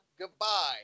Goodbye